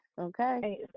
Okay